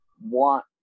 want